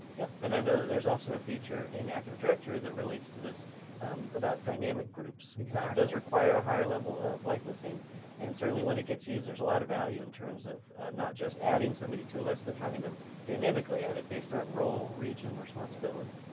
yep and i know that there's also a feature in active directory that relates to this about dynamic groups. exactly. it does require a higher level of licensing and certainly when it get users a lot of value in terms of not just adding somebody to a list but having them dynamically added based on role, region, responsibility.